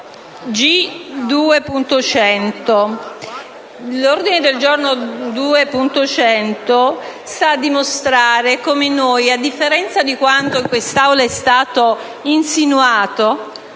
l'ordine del giorno G2.100, che sta a dimostrare come noi, a differenza di quanto in quest'Aula è stato insinuato,